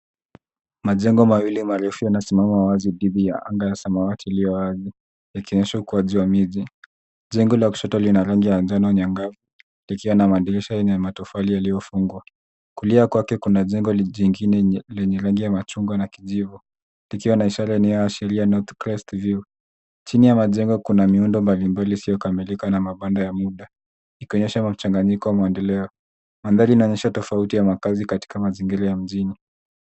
Majengo mawili marefu yanasimama wazi chini ya anga ya samawati iliyo wazi yakionyesha ukuaji wa miji. Jengo la kushoto lina rangi ya njano nyangavu likiwa na madirisha yenye matofali yaliyofungwa. Kulia kwake kuna jengo jingine lenye rangi ya machungwa na kijivu likiwa na ishara inayoashiria north crest view . Chini ya majengo kuna miundo mbalimbali isiyokamilika na mabanda ya muda ikionyesha mchanganyiko wa maendeleo. Mandhari inaonyesha tofauti ya makazi katika mazingira ya mjini.